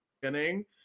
beginning